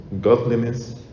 godliness